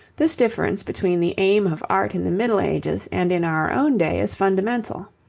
this difference between the aim of art in the middle ages and in our own day is fundamental.